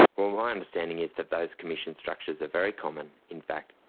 well, my understanding is that those commission structures are very common in fact.